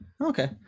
okay